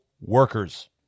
workers